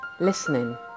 Listening